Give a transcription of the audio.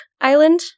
Island